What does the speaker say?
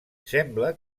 sembla